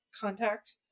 contact